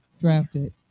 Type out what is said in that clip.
drafted